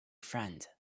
friend